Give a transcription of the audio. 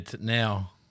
now